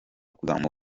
kuzamura